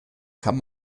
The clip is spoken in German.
kann